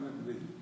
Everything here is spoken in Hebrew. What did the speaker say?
המתנדבים.